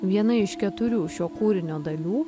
viena iš keturių šio kūrinio dalių